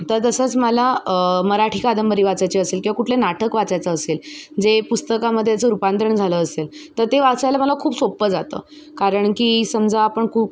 तर तसंच मला मराठी कादंबरी वाचायची असेल किंवा कुठले नाटक वाचायचं असेल जे पुस्तकामदे याचं रूपांतरण झालं असेल तर ते वाचायला मला खूप सोप्पं जातं कारण की समजा आपण खूप